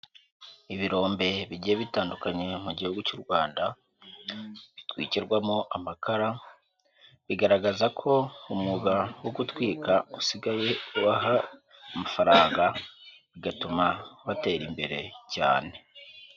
Ibirombe bigiye bitandukanyekan mu gihugu cy'u Rwanda bitwikirwamo amakara bigaragaza ko umwuga wo gutwika usigaye ubaha amafaranga bigatuma batera imbere cyane.